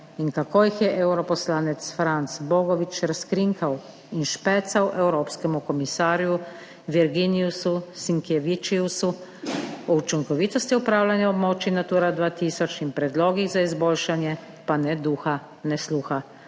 in kako jih je evro poslanec Franc Bogovič razkrinkal in špecal evropskemu komisarju Virginijusu Sinkevičiusu, o učinkovitosti upravljanja območij Natura 2000 in predlogih za izboljšanje pa ne duha ne sluha,